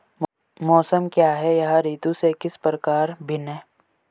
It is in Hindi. मौसम क्या है यह ऋतु से किस प्रकार भिन्न है?